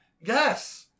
Yes